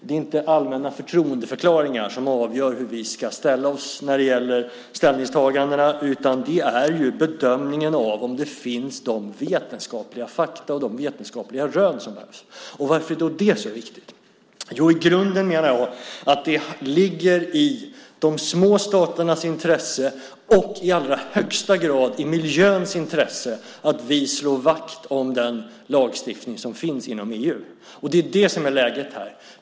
Det är inte några allmänna förtroendeförklaringar som avgör hur vi ska ställa oss när det gäller ställningstagandena, utan det är bedömningen av om de vetenskapliga fakta och rön som behövs finns. Varför är det så viktigt? I grunden menar jag att det ligger i de små staternas intresse och i allra högsta grad i miljöns intresse att vi slår vakt om den lagstiftning som finns inom EU. Det är det som är läget.